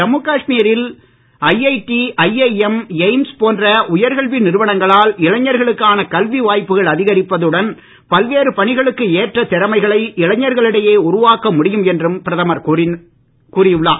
ஜம்மு காஷ்மீரில் IIT IIM AIIMS போன்ற உயர்கல்வி நிறுவனங்களால் இளைஞர்களுக்கான கல்வி வாய்ப்புகள் அதிகரிப்பதுடன் பல்வேறு பணிகளுக்கு ஏற்ற திறமைகளை இளைஞர்களிடையே உருவாக்க முடியும் என்றும் பிரதமர் கூறியுள்ளார்